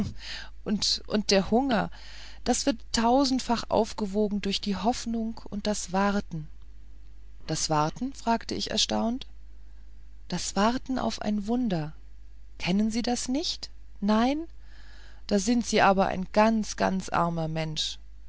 und und und hunger das wird tausendfach aufgewogen durch die hoffnung und das warten das warten fragte ich erstaunt das warten auf ein wunder kennen sie das nicht nein da sind sie aber ein ganz ganz armer mensch